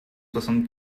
soixante